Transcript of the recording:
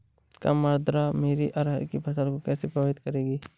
कम आर्द्रता मेरी अरहर की फसल को कैसे प्रभावित करेगी?